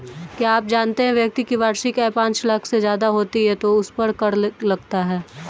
क्या आप जानते है व्यक्ति की वार्षिक आय पांच लाख से ज़्यादा होती है तो उसपर कर लगता है?